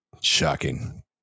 shocking